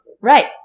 Right